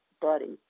buddy